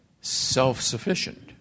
self-sufficient